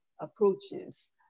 approaches